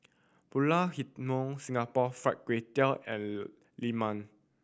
Pulut Hitam Singapore Fried Kway Tiao and lemang